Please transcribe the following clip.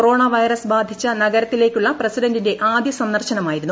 corona virus ബാധിച്ച നഗരത്തിലേക്കുള്ള പ്രസിഡന്റിന്റെ ആദ്യ സന്ദർശനമായിരുന്നു